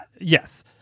Yes